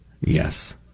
Yes